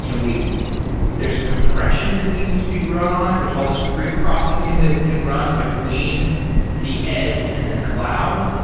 you know there's compression that needs to be run on it. there's all these preprocessing that we can run between the edge and the cloud.